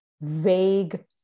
vague